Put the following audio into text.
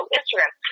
Instagram